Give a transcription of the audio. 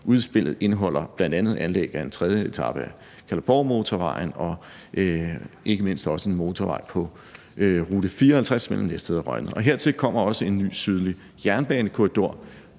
Udspillet indeholder bl.a. anlæg af en tredje etape af Kalundborgmotorvejen og ikke mindst også en motorvej på rute 54 mellem Næstved og Rønnede. Hertil kommer også en ny sydlig jernbanekorridor.